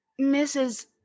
Mrs